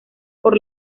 por